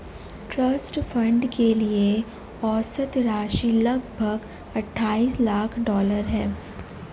trust fund के लिए औसत राशि लगभग अट्ठाईस लाख डॉलर है